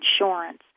Insurance